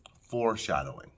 foreshadowing